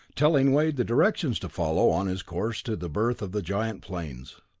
telling wade the directions to follow on his course to the berth of the giant planes.